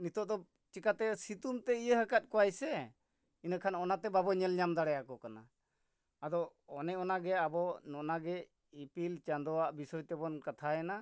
ᱱᱤᱛᱚᱜ ᱫᱚ ᱪᱮᱠᱟᱛᱮ ᱥᱤᱛᱩᱝ ᱛᱮ ᱤᱭᱟᱹ ᱟᱠᱟᱫ ᱠᱚᱣᱟᱭ ᱥᱮ ᱤᱱᱟᱹᱠᱷᱟᱱ ᱚᱱᱟᱛᱮ ᱵᱟᱵᱚ ᱧᱮᱞ ᱧᱟᱢ ᱫᱟᱲᱮᱭᱟᱠᱚ ᱠᱟᱱᱟ ᱟᱫᱚ ᱚᱱᱮ ᱚᱱᱟ ᱜᱮ ᱟᱵᱚ ᱱᱚᱱᱟᱜᱮ ᱤᱯᱤᱞ ᱪᱟᱸᱫᱚᱣᱟᱜ ᱵᱤᱥᱚᱭ ᱛᱮᱵᱚᱱ ᱠᱟᱛᱷᱟᱭᱱᱟ